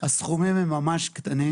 הסכומים הם ממש קטנים.